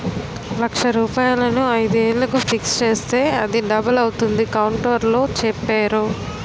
లక్ష రూపాయలను ఐదు ఏళ్లకు ఫిక్స్ చేస్తే అది డబుల్ అవుతుందని కౌంటర్లో చెప్పేరు